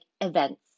events